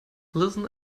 listen